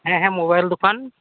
ᱦᱮᱸ ᱦᱮᱸ ᱢᱳᱵᱟᱭᱤᱞ ᱫᱚᱠᱟᱱ